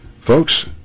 folks